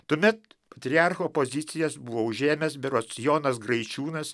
tuomet patriarcho pozicijas buvo užėmęs berods jonas graičiūnas